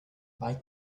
like